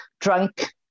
drunk